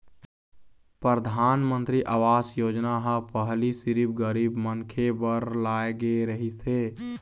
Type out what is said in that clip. परधानमंतरी आवास योजना ह पहिली सिरिफ गरीब मनखे बर लाए गे रहिस हे